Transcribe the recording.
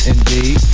Indeed